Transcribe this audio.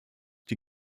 die